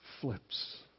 flips